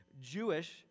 Jewish